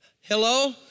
hello